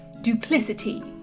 duplicity